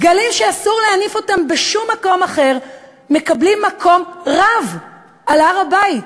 דגלים שאסור להניף אותם בשום מקום אחר מקבלים מקום רב על הר-הבית,